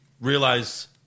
realize